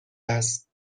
است